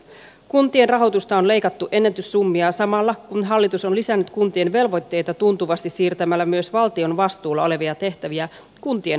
kuntien rahoitusta on leikattu ennätyssummia samalla kun hallitus on lisännyt kuntien velvoitteita tuntuvasti siirtämällä myös valtion vastuulla olevia tehtäviä kuntien hoidettavaksi